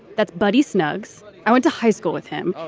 that's buddy snugs. i went to high school with him.